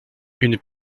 une